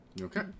Okay